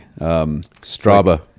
Straba